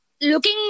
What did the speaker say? looking